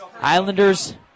Islanders